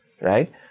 right